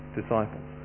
disciples